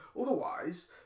otherwise